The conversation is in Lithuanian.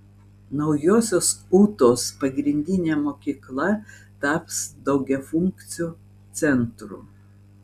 naujosios ūtos pagrindinė mokykla taps daugiafunkciu centru